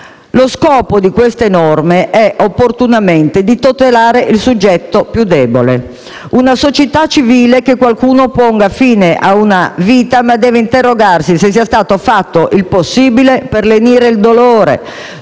Lo scopo di queste norme è, opportunamente, quello di tutelare il soggetto più debole. In una società civile chi pone fine a una vita deve però interrogarsi se sia stato fatto il possibile per lenire il dolore,